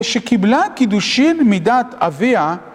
שקיבלה קידושים מדעת אביה